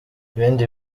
ibindi